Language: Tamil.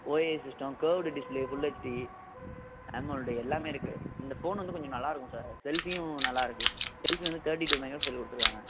OA system curved display full HD handhold எல்லாமே இருக்கு இந்த ஃபோன் வந்து கொஞ்சம் நல்லா இருக்கும் சார் செல்ஃபியும் நல்லா இருக்கு செல்ஃபி வந்து தேர்ட்டி டூ மெகா பிக்ஸல் கொடுத்துருக்காங்க